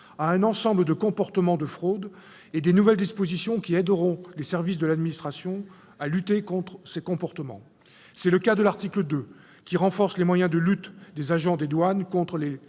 à un ensemble de comportements de fraude, ainsi que de nouvelles dispositions qui aideront les services de l'administration à lutter contre ces comportements. C'est le cas de l'article 2, qui renforce les moyens des agents des douanes pour